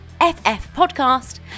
FFpodcast